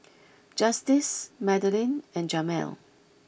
Justice Madilyn and Jamel